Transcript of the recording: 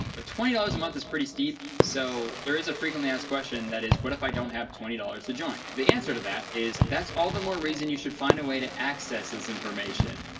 um twenty dollars a month is pretty steep. so there is a frequently asked question. that is what if i don't have twenty dollars to join? the answer to that is that's all the more reason you should find a way to access this information.